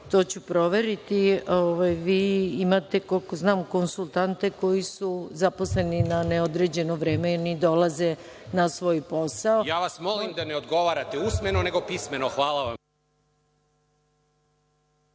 to ću proveriti. Vi imate koliko znam konsultante koji su zaposleni i na neodređeno vreme, oni dolaze na svoj posao… **Saša Radulović** Ja vas molim da ne odgovarate usmeno nego pismeno. Hvala vam.